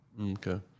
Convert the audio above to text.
Okay